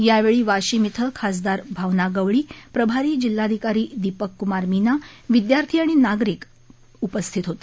या वेळी वाशिम इथं खासदार भावना गवळी प्रभारी जिल्हाधिकारी दिपकक्मार मीना विद्यार्थी आणि नागरिक उपस्थित होते